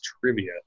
trivia